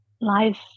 life